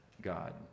God